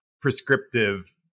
prescriptive